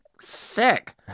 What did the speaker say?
Sick